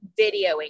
videoing